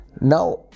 now